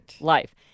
life